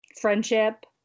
friendship